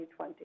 2020